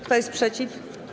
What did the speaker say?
Kto jest przeciw?